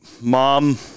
Mom